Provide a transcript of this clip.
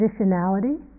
conditionality